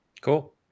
Cool